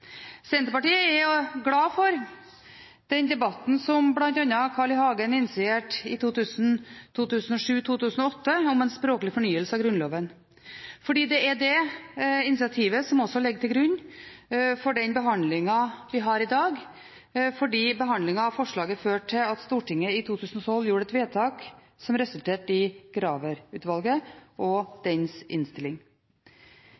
Senterpartiet er glad for den debatten som bl.a. Carl I. Hagen initierte i 2007–2008, om en språklig fornyelse av Grunnloven. Det er dette initiativet som ligger til grunn for den behandlingen vi har i dag, fordi behandlingen av forslaget førte til at Stortinget i 2012 gjorde et vedtak som resulterte i Graver-utvalget og